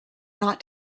not